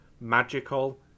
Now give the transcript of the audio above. magical